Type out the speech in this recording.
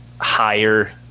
higher